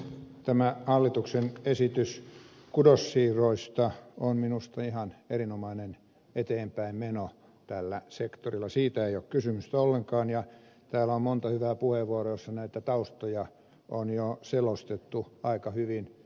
tämä hallituksen esitys kudossiirroista on minusta ihan erinomainen eteenpäinmeno tällä sektorilla siitä ei ole kysymys ollenkaan ja täällä on monta hyvää puheenvuoroa joissa näitä taustoja on jo selostettu aika hyvin